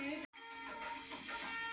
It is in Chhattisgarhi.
पानी गिरथे ता माटी मा का बदलाव आथे?